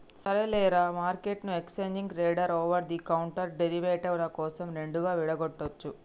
సరేలేరా, మార్కెట్ను exchange traded over the counter derivative ల కోసం రెండుగా విడగొట్టొచ్చు